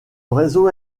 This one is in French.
réseau